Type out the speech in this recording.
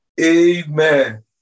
Amen